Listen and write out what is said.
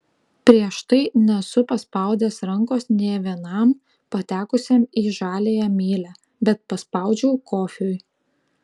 prieš tai nesu paspaudęs rankos nė vienam patekusiam į žaliąją mylią bet paspaudžiau kofiui